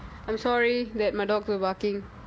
I'm sorry that my dog keep barking